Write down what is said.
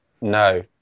No